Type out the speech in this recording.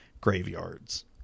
graveyards